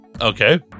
Okay